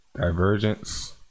divergence